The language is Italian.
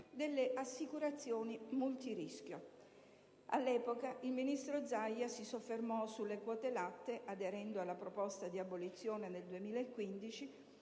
delle assicurazioni multirischio. All'epoca, il ministro Zaia si soffermò sulle quote latte (aderendo alla proposta di abolizione nel 2015)